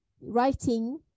writing